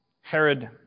Herod